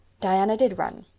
diana did run.